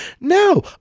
No